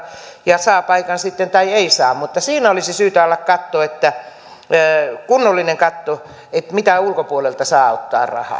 ja saa paikan sitten tai ei saa mutta siinä olisi syytä olla kunnollinen katto että mitä ulkopuolelta saa